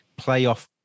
playoff